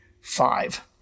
five